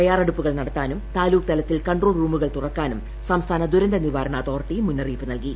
തയ്യാറെടുപ്പുകൾ നടത്താനും താലൂക്ക് താലൂക്ക് തലത്തിൽ കൺട്രോൾ റൂമുകൾ തുറക്കാനും സംസ്ഥാന ദുരന്ത നിവാരണ അതോറിറ്റി മുന്നറിയിപ്പ് നൽകി